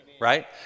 right